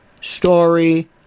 story